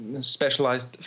specialized